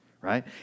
right